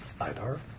Idar